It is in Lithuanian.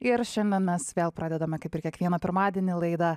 ir šiandiem mes vėl pradedame kaip ir kiekvieną pirmadienį laidą